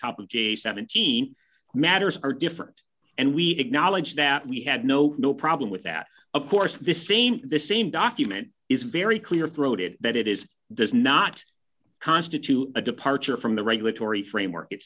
top of the seventeen matters are different and we acknowledge that we had no no problem with that of course the same the same document is very clear throated that it is does not constitute a departure from the regulatory framework it